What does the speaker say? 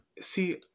see